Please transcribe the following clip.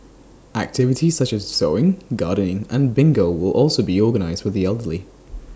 activities such as sewing gardening and bingo will also be organised for the elderly